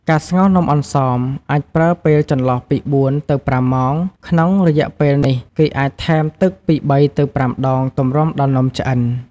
ការស្ងោរនំអន្សម អាចប្រើពេលចន្លោះពី៤ ទៅ៥ម៉ោង ក្នុងរយៈពេលនេះ គេអាចថែមទឹកពី៣ ទៅ៥ដងទម្រាំដល់នំឆ្អិន។